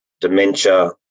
dementia